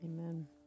Amen